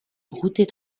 brouter